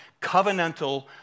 covenantal